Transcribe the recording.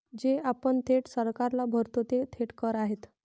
जे आपण थेट सरकारला भरतो ते थेट कर आहेत